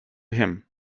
him